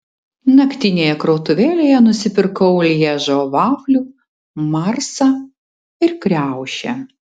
naktinėje krautuvėlėje nusipirkau lježo vaflių marsą ir kriaušę